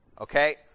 Okay